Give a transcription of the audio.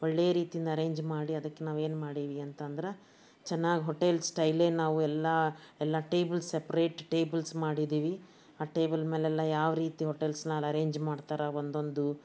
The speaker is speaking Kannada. ಒಳ್ಳೆಯ ರೀತಿಯಿಂದ ಅರೇಂಜ್ ಮಾಡಿ ಅದಕ್ಕೆ ನಾವು ಏನ್ಮಾಡೀವಿ ಅಂತಂದ್ರೆ ಚೆನ್ನಾಗಿ ಹೋಟೆಲ್ ಸ್ಟೈಲೇ ನಾವು ಎಲ್ಲ ಎಲ್ಲ ಟೇಬಲ್ಸ್ ಸಪ್ರೇಟ್ ಟೇಬಲ್ಸ್ ಮಾಡಿದ್ದೀವಿ ಆ ಟೇಬಲ್ ಮೇಲೆಲ್ಲ ಯಾವ ರೀತಿ ಹೋಟೆಲ್ಸ್ನಲ್ಲಿ ಅರೇಂಜ್ ಮಾಡ್ತಾರೆ ಒಂದೊಂದು